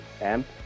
amp